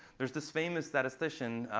there's this famous statistician